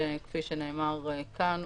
וכפי שנאמר כאן,